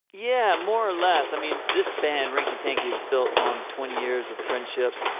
yeah, more or less. i mean, this band, rinckey tank, is built on twenty years of friendship,